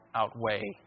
outweigh